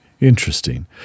Interesting